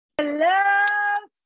hello